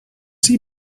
does